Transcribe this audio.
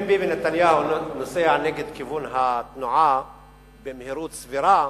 אם ביבי נתניהו נוסע נגד כיוון התנועה במהירות סבירה,